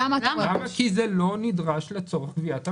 כי זה לא נדרש לצורך גביית המס.